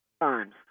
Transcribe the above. times